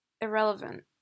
irrelevant